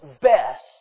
best